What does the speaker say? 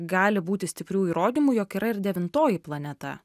gali būti stiprių įrodymų jog yra ir devintoji planeta